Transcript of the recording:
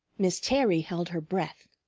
miss terry held her breath.